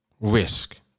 risk